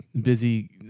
busy